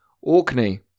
Orkney